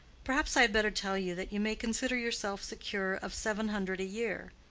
perhaps i had better tell you that you may consider yourself secure of seven hundred a year.